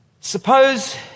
Suppose